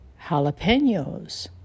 jalapenos